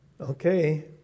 Okay